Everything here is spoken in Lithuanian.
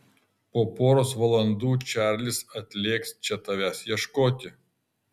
po poros valandų čarlis atlėks čia tavęs ieškoti